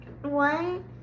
One